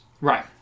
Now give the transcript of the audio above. Right